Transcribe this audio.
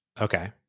Okay